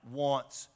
wants